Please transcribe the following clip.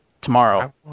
tomorrow